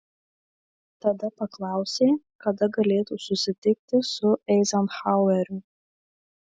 tada paklausė kada galėtų susitikti su eizenhaueriu